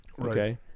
Okay